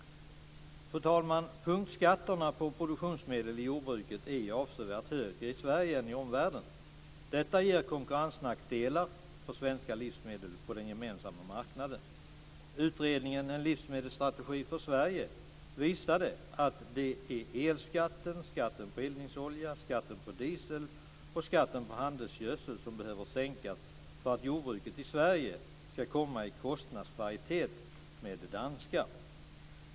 Fru talman! Punktskatterna på produktionsmedel i jordbruket är avsevärt högre i Sverige än i omvärlden. Detta ger konkurrensnackdelar för svenska livsmedel på den gemensamma marknaden. Utredningen En livsmedelsstrategi för Sverige visade att det är elskatten, skatten på eldningsolja, skatten på diesel och skatten på handelsgödsel som behöver sänkas för att jordbruket i Sverige ska komma i kostnadsparitet med det danska.